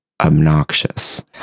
obnoxious